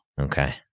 Okay